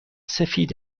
سفید